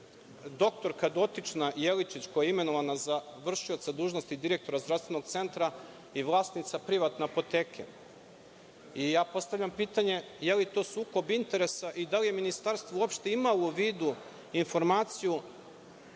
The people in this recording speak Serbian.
da je dotična dr Jeličić, koja je imenovana za v.d. direktora Zdravstvenog centra, i vlasnica privatne apoteke. Postavljam pitanje da li je to sukob interesa i da li je Ministarstvo uopšte imalo u vidu informaciju